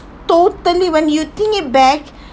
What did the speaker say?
totally when you think it back